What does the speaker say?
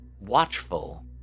watchful